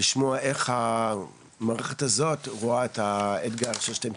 לשמוע איך המערכת הזאת רואה את האתגר של שטחים פתוחים,